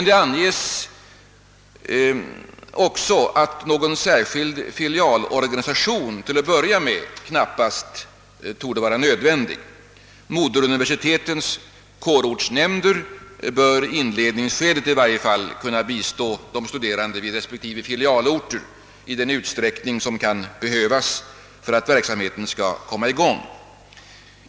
Det an ges också att någon särskild filialorganisation till att börja med knappast torde vara nödvändig. Moderuniversitetens kårortsnämnder bör åtminstone i inledningsskedet kunna bistå de studerande vid respektive filialorter i den utsträckning som kan behövas för att verksamheten skall komma i gång.